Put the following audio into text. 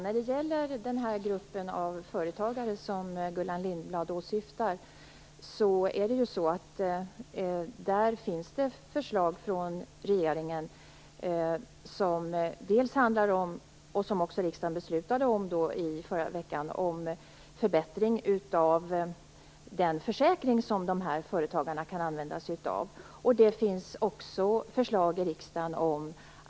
Fru talman! Det fanns förslag från regeringen, som riksdagen också beslutade om i förra veckan, om förbättring av den försäkring som den grupp av företagare som Gullan Lindblad åsyftar kan använda sig av.